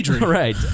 right